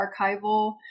archival